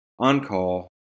OnCall